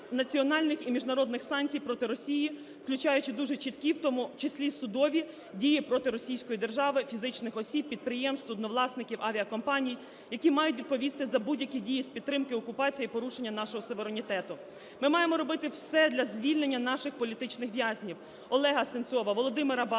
національних і міжнародних санкцій проти Росії, включаючи дуже чіткі, в тому числі судові дії проти російської держави, фізичних осіб, підприємств, судновласників, авіакомпаній, які мають відповісти за будь-які дії з підтримки окупації і порушення нашого суверенітету. Ми маємо робити все для звільнення наших політичних в'язнів (ОлегаСенцова, Володимира Балуха